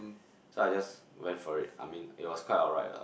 so I just went for it I mean it was quite alright lah